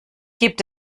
gibt